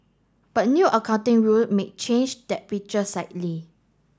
but new accounting rule may change that picture slightly